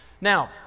Now